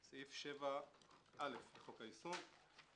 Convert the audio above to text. סעיף 7א לחוק היישום.